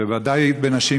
בוודאי בנשים,